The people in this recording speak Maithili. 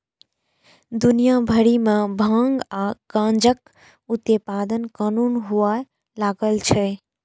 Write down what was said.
दुनिया भरि मे भांग आ गांजाक उत्पादन कानूनन हुअय लागल छै